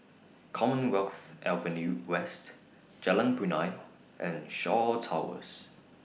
Commonwealth Avenue West Jalan Punai and Shaw Towers